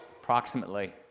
approximately